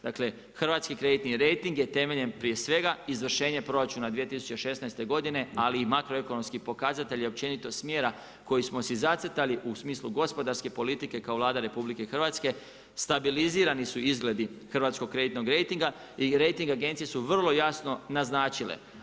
Dakle, hrvatski kreditni rejting je temeljem prije svega izvršenje proračuna 2016. ali i makroekonomski pokazatelji općenito smjera koji smo si zacrtali u smislu gospodarske politike kao Vlada RH, stabilizirani su izgledi hrvatskog kreditnog rejtinga i rejting agencije su vrlo jasno naznačile.